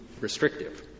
restrictive